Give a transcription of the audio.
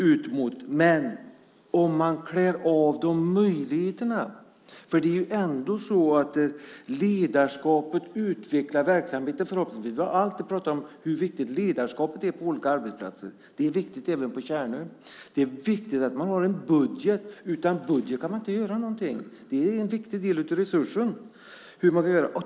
Men vad händer om man klär av dem möjligheterna? Det är ju ändå så att ledarskapet förhoppningsvis utvecklar verksamheten. Vi har alltid pratat om hur viktigt ledarskapet är på olika arbetsplatser. Det är viktigt även på Tjärnö. Det är viktigt att man har en budget. Utan budget kan man inte göra något. Det är en viktig del av resursen.